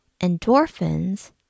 Endorphins